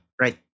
Right